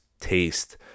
taste